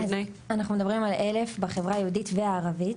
אז אנחנו מדברים על 1,000 בחברה היהודית והערבית,